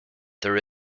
there